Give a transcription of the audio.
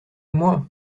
moi